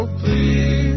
please